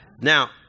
Now